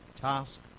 task